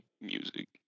music